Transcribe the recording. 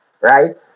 right